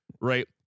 right